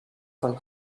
van